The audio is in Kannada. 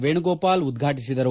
ವೇಣುಗೋಪಾಲ್ ಉದ್ಘಾಟಿಸಿದರು